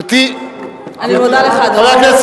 גברתי, אני עונה לך, אדוני.